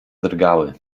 drgały